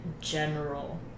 general